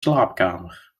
slaapkamer